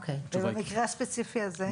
ובמקרה הספציפי הזה?